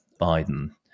Biden